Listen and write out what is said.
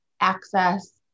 access